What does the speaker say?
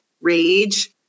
rage